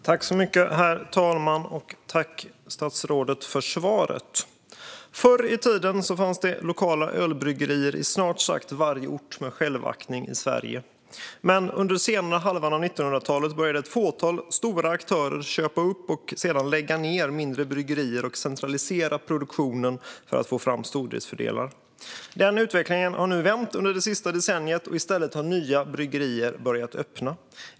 Herr talman! Tack, statsrådet, för svaret! Förr i tiden fanns det lokala ölbryggerier i snart sagt varje ort med självaktning i Sverige. Men under senare halvan av 1900-talet började ett fåtal stora aktörer köpa upp och sedan lägga ned mindre bryggerier och centralisera produktionen för att få fram stordriftsfördelar. Den utvecklingen har nu vänt under det sista decenniet, och i stället har nya bryggerier börjat öppna.